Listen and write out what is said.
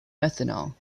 methanol